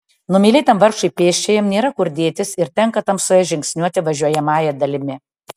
numylėtam vargšui pėsčiajam nėra kur dėtis ir tenka tamsoje žingsniuoti važiuojamąja dalimi